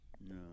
No